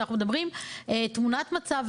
שאנחנו מדברים תמונת מצב,